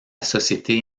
société